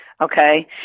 Okay